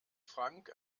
frank